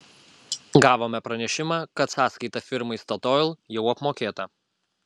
gavome pranešimą kad sąskaita firmai statoil jau apmokėta